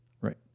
Right